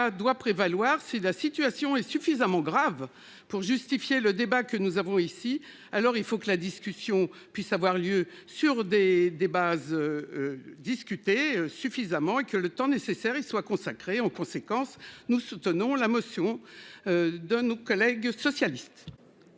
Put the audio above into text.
doit prévaloir. Si la situation est suffisamment grave pour justifier le débat que nous avons ici, alors il faut que la discussion puisse avoir lieu sur des des bases. Discuter suffisamment et que le temps nécessaire et soient consacrés en conséquence, nous soutenons la motion. De nos collègues socialistes.